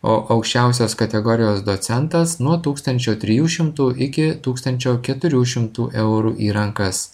o aukščiausios kategorijos docentas nuo tūkstančio trijų šimtų iki tūkstančio keturių šimtų eurų į rankas